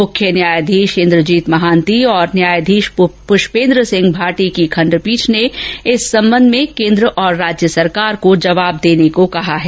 मुख्य न्यायाधीश इंद्रजीत महांति और न्यायाधीश पुष्पेंद्र सिंह भाटी की खंडपीठ ने इस संबंध केन्द्र और राज्य सरकार को जवाब देने को कहा है